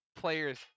players